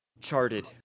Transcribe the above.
charted